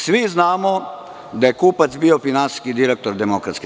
Svi znamo da je kupac bio finansijski direktor DS.